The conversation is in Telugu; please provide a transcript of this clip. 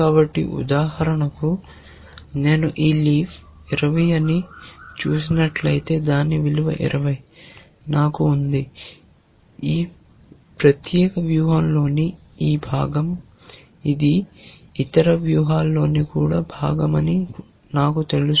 కాబట్టి ఉదాహరణకు నేను ఈ లీఫ్ 20 ని చూసినట్లయితే దాని విలువ 20 నాకు ఉంది ఈ ప్రత్యేక వ్యూహంలోని ఈ భాగం ఇది ఇతర వ్యూహాలలో కూడా భాగమని నాకు తెలుసు